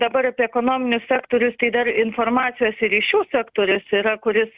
dabar apie ekonominius sektorius tai dar informacijos ir ryšių sektorius yra kuris